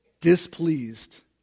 displeased